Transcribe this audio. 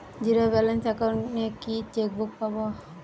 Zero balance account এ কি chequebook পাব?